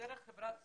דרך חברת סיעוד,